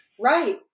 Right